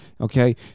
Okay